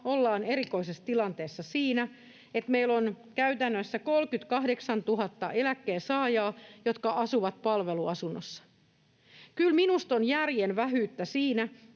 ollaan erikoisessa tilanteessa siinä, että meillä on käytännössä 38 000 eläkkeensaajaa, jotka asuvat palveluasunnossa. Kyllä minusta on järjen vähyyttä siinä,